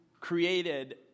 created